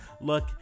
Look